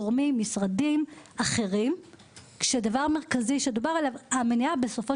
גורמים ומשרדים אחרים כשמדובר על המניעה בסופו